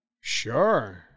Sure